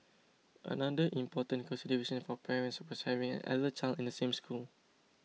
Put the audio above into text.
another important consideration for parents was having elder child in the same school